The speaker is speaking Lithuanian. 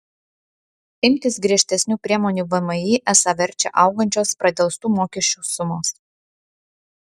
imtis griežtesnių priemonių vmi esą verčia augančios pradelstų mokesčių sumos